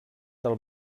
del